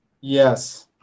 yes